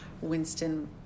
Winston